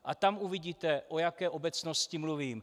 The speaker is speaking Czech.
A tam uvidíte, o jaké obecnosti mluvím.